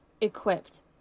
equipped